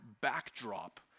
backdrop